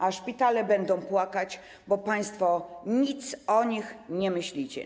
A szpitale będą płakać, bo państwo nic o nich nie myślicie.